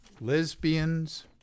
lesbians